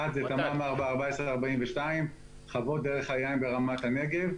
אחת זה תמ"מ 4/14/42, חוות דרך היין ברמת הנגב.